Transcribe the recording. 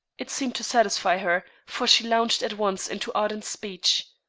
it seemed to satisfy her, for she launched at once into ardent speech.